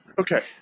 Okay